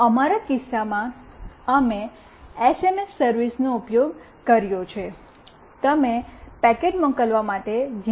અમારા કિસ્સામાં અમે એસએમએસ સર્વિસનો ઉપયોગ કર્યો છે તમે પેકેટ મોકલવા માટે પણ જી